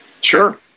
Sure